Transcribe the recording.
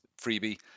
freebie